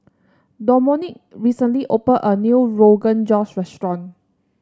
Domonique recently opened a new Rogan Josh restaurant